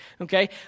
Okay